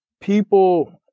people